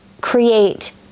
create